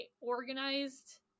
organized